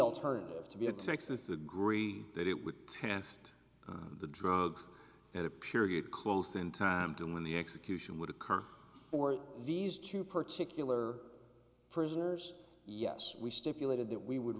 alternative to be a texas agree that it would test the drugs and a period close in time to mourn the execution would occur for these two particular prisoners yes we stipulated that we would